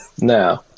No